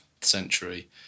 century